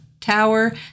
Tower